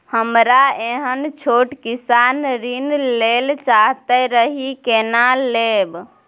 हमरा एहन छोट किसान ऋण लैले चाहैत रहि केना लेब?